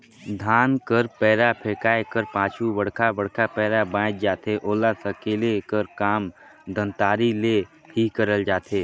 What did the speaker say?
धान कर पैरा फेकाए कर पाछू बड़खा बड़खा पैरा बाएच जाथे ओला सकेले कर काम दँतारी ले ही करल जाथे